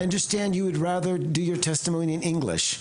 אני מבין שאתה מעדיף לעשות את הריאיון שלך באנגלית,